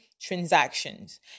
transactions